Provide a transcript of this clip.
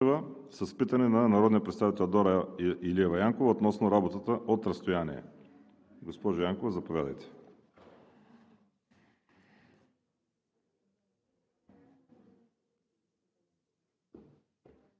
Питане на народния представител Дора Илиева Янкова относно работата от разстояние. Госпожо Янкова, заповядайте.